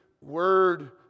word